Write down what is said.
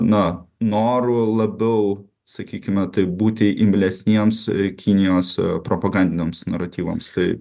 na noru labiau sakykime taip būti imlesniems kinijos propagandiniams naratyvams tai